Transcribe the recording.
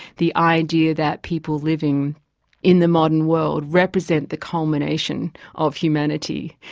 the idea that people living in the modern world represent the culmination of humanity.